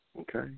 okay